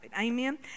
amen